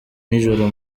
nijoro